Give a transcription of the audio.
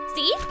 See